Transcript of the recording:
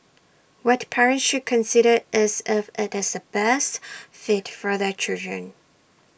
what parents should consider is if IT is the best fit for their children